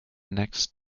next